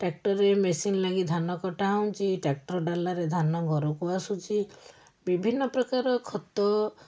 ଟ୍ରାକ୍ଟର୍ରେ machine ଲାଗି ଧାନକଟା ହେଉଛି ଟ୍ରାକ୍ଟର୍ ଡାଲାରେ ଧାନ ଘରକୁ ଆସୁଛି ବିଭିନ୍ନପ୍ରକାର ଖତ